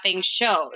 shows